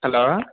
hello